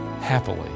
happily